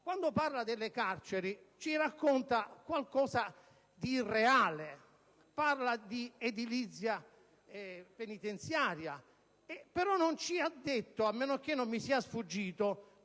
Quando tratta delle carceri ci parla di qualcosa di irreale. Parla di edilizia penitenziaria, però non ci ha detto, a meno che non mi sia sfuggito,